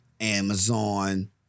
Amazon